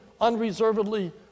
unreservedly